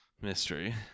mystery